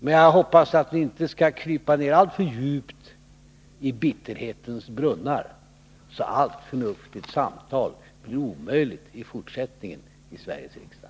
Men jag hoppas att ni inte skall krypa ner så djupt i bitterhetens brunnar att allt förnuftigt samtal blir omöjligt i fortsättningen i Sveriges riksdag.